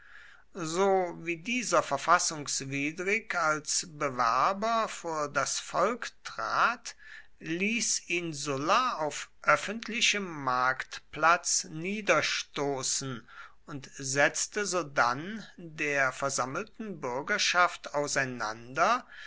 so wie dieser verfassungswidrig als bewerber vor das volk trat ließ ihn sulla auf öffentlichem marktplatz niederstoßen und setzte sodann der versammelten bürgerschaft auseinander